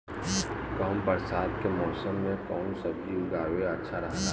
कम बरसात के मौसम में कउन सब्जी उगावल अच्छा रहेला?